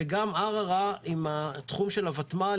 וגם ערערה עם תחום הותמ"ל,